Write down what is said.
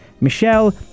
Michelle